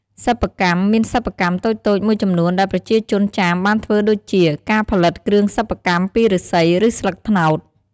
សិប្បកម្ម មានសិប្បកម្មតូចៗមួយចំនួនដែលប្រជាជនចាមបានធ្វើដូចជា ការផលិតគ្រឿងសិប្បកម្មពីឫស្សី ឬស្លឹកត្នោត។